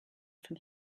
from